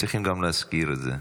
צריכים גם להזכיר את זה,